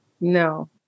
No